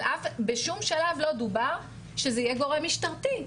אבל בשום שלב לא דובר שזה יהיה גורם משטרתי.